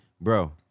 Bro